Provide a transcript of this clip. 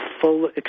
full